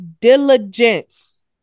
diligence